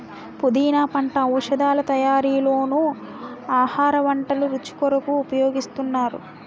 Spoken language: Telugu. పుదీనా పంట ఔషధాల తయారీలోనూ ఆహార వంటల రుచి కొరకు ఉపయోగిస్తున్నారు